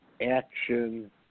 action